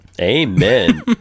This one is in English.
amen